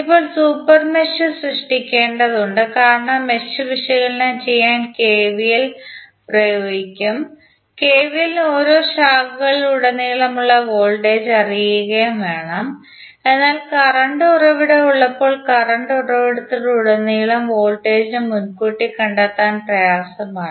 ഇപ്പോൾ super mesh സൃഷ്ടിക്കേണ്ടതുണ്ട് കാരണം മെഷ് വിശകലനം ചെയ്യാൻ കെ വി എൽ പ്രയോഗിക്കും കെവിഎല്ലിന് ഓരോ ശാഖയിലുടനീളമുള്ള വോൾട്ടേജ് അറിയുകയും വേണം എന്നാൽ കറന്റ് ഉറവിടം ഉള്ളപ്പോൾ കറന്റ് ഉറവിടത്തിലുടനീളം വോൾട്ടേജ് മുൻകൂട്ടി കണ്ടെത്താൻ പ്രയാസമാണ്